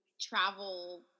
travel